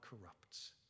corrupts